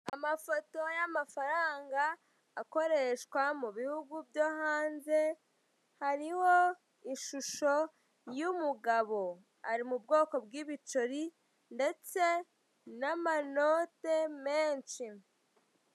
Amafoto y'amafaranga akoreshwa mu bihugu byo hanze, hariho ishusho y'umugabo. Ari mu bwoko bw'ibiceri ndetse n'amanote menshi.